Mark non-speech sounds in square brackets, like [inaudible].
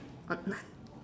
on [breath]